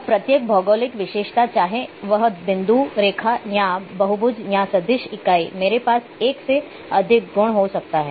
अब प्रत्येक भौगोलिक विशेषता चाहे वह बिंदु रेखा हो या बहुभुज या सदिश इकाई मेरे पास एक से अधिक गुण हो सकते हैं